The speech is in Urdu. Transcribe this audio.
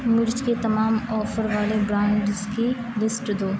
مرچ کے تمام آفر والے برانڈز کی لیسٹ دو